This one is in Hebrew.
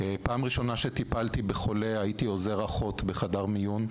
הפעם הראשונה שטיפלתי בחולה הייתה כשהייתי עוזר אחות בחדר מיון.